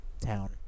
town